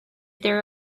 there